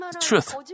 truth